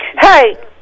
Hey